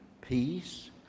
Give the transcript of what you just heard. peace